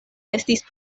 estis